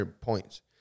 points